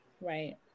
Right